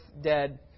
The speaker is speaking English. dead